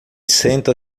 senta